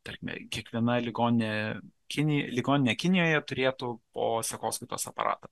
tarkime kiekviena ligoninė kini ligoninė kinijoje turėtų posekoskaitos aparatą